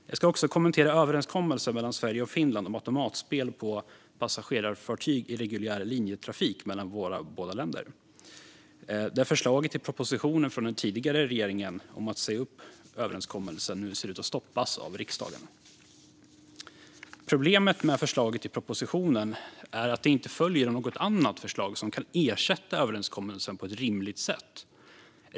Jag ska också kommentera överenskommelsen mellan Sverige och Finland om automatspel på passagerarfartyg i reguljär linjetrafik mellan båda våra länder. Förslaget i propositionen från den tidigare regeringen om att säga upp överenskommelsen ser nu ut att stoppas av riksdagen. Problemet med förslaget i propositionen är att det inte följer något annat förslag som kan ersätta överenskommelsen på ett rimligt sätt.